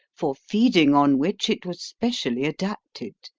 for feeding on which it was specially adapted.